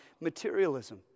materialism